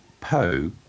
Poe